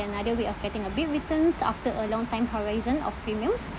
another way of getting a big returns after a long time horizon of premiums